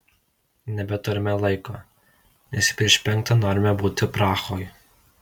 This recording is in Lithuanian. nebeturime laiko nes prieš penktą norime būti prahoj